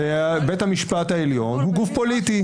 שבית המשפט העליון הוא גוף פוליטי.